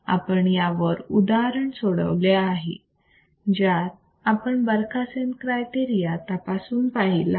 आपण यावर उदाहरण सोडवले आहे ज्यात आपण बरखासेन क्रायटेरिया तपासून पाहिला आहे